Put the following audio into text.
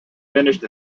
finished